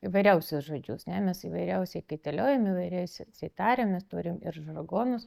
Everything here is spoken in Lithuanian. įvairiausius žodžius ne mes įvairiausiai kaitaliojam įvairiausiai tariam mes turim ir žargonus